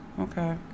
Okay